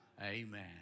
Amen